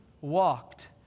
walked